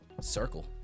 Circle